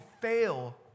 fail